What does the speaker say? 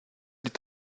est